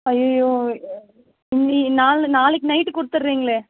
ஐய்யோ இன்னை நாளை நாளைக்கு நைட்டு கொடுத்திறிங்களே